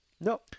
No